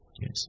Yes